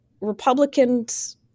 Republicans